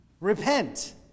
Repent